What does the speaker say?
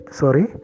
sorry